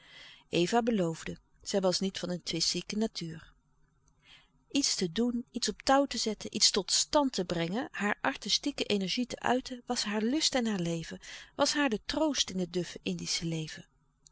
eva beloofde zij was niet van een twistzieke natuur iets te doen iets op touw te zetten iets tot stand te brengen haar artistieke energie te uiten was haar lust en haar leven was haar de troost in het duffe indische leven